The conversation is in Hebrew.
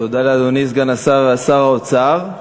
תודה לאדוני סגן שר האוצר.